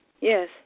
Yes